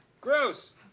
Gross